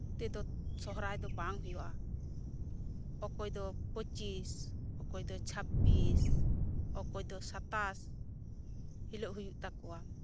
ᱛᱮᱫᱚ ᱥᱚᱦᱨᱟᱭ ᱫᱚ ᱵᱟᱝ ᱦᱳᱭᱳᱜᱼᱟ ᱚᱠᱚᱭ ᱫᱚ ᱯᱩᱪᱤᱥ ᱚᱠᱚᱭ ᱫᱚ ᱪᱷᱟᱵᱽᱵᱤᱥ ᱚᱠᱚᱭ ᱫᱚ ᱥᱟᱛᱟᱥ ᱦᱤᱞᱟᱹᱜ ᱦᱳᱭᱳᱜ ᱛᱟᱠᱚᱣᱟ